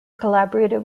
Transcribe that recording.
collaborated